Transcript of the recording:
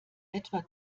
etwa